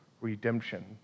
redemption